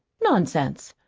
nonsense!